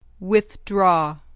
Withdraw